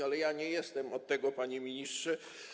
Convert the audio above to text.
Ale ja nie jestem od tego, panie ministrze.